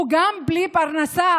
הוא גם בלי פרנסה,